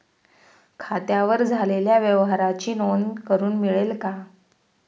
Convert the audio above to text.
खात्यावर झालेल्या व्यवहाराची नोंद करून मिळेल का?